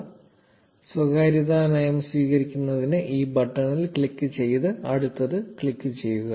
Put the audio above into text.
0133 സ്വകാര്യതാ നയം സ്വീകരിക്കുന്നതിന് ഈ ബട്ടണിൽ ക്ലിക്ക് ചെയ്ത് അടുത്തത് ക്ലിക്കുചെയ്യുക